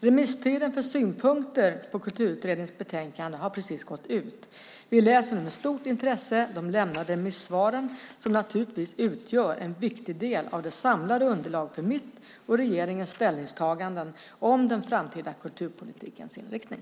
Remisstiden för synpunkter på Kulturutredningens betänkande har precis gått ut. Vi läser nu med stort intresse de lämnade remissvaren som naturligtvis utgör en viktig del av det samlade underlaget för mitt och regeringens ställningstaganden om den framtida kulturpolitikens inriktning.